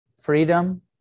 freedom